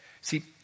See